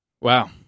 wow